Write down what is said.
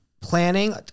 planning